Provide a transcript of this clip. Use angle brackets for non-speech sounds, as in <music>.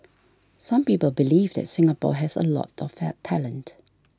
some people believe that Singapore has a lot of <unintelligible> talent